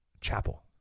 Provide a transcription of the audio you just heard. chapel